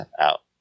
out